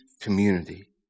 community